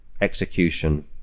execution